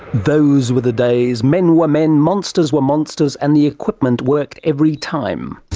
those were the days, men were men, monsters were monsters, and the equipment worked every time.